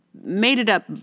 Made-it-up